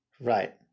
Right